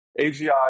AGI